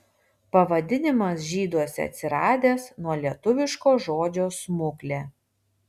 pavadinimas žyduose atsiradęs nuo lietuviško žodžio smuklė